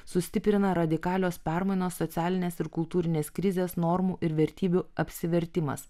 sustiprina radikalios permainos socialinės ir kultūrinės krizės normų ir vertybių apsivertimas